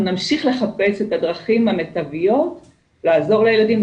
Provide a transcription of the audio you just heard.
נמשיך לחפש את הדרכים המיטביות לעזור לילדים,